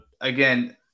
again